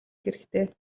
хэрэгтэй